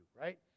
right